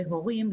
להורים,